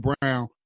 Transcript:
Brown